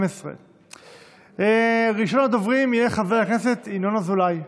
12). ראשון הדוברים יהיה חבר הכנסת ינון אזולאי.